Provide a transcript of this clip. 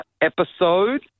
episode